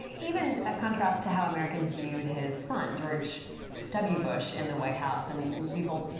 even a contrast to how americans viewed his son george w. bush in the white house and people,